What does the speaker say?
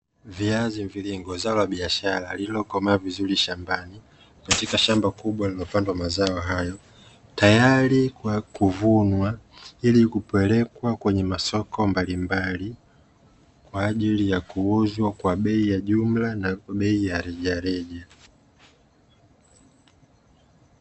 Viazi mviringo zao la biashara, lililokomaa vizuri shambani katika shamba kubwa lililopandwa mazao hayo, tayari kwa kuvunwa ili kupelekwa kwenye masoko mbalimbali, kwa ajili ya kuuzwa kwa bei ya jumla na kwa bei ya rejareja.